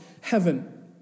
heaven